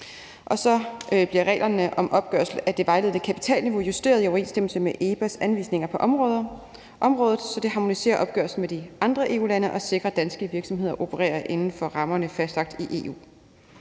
Så bliver reglerne om opgørelse af det vejledende kapitalniveau justeret i overensstemmelse med EBA's anvisninger på området, så det harmoniserer opgørelsen i forhold til de andre EU-lande og sikrer, at danske virksomheder opererer inden for rammerne fastlagt i EU.